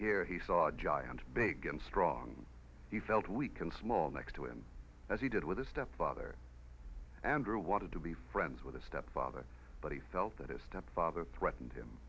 here he saw giant big and strong and he felt weak and small next to him as he did with his step other andrew wanted to be friends with his stepfather but he felt that his stepfather threatened him